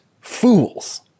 fools